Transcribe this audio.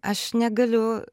aš negaliu